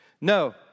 No